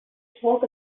talk